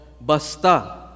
basta